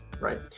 right